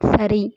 சரி